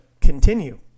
continue